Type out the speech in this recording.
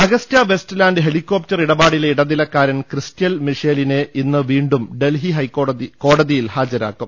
Agusta Westland helicopter ഇടപാടിലെ ഇടനിലക്കാരൻ Christian മിഷേലിനെ ഇന്ന് വീണ്ടും ഡൽഹി കോടതിയിൽ ഹാജരാക്കും